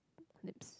lips